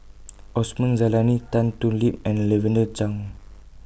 Osman Zailani Tan Thoon Lip and Lavender Chang